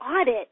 audit